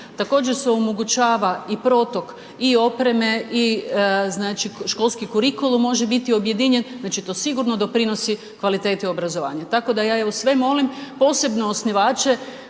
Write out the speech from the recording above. Također se omogućava i protok i opreme i znači školski kurikulum može biti objedinjen, znači to sigurno doprinosi kvaliteti obrazovanja. Tako da ja evo sve molim, posebno osnivače